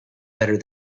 better